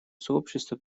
сообщество